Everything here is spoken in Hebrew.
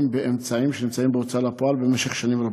באמצעים שנמצאים בהוצאה לפועל במשך שנים רבות,